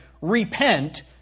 Repent